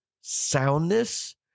soundness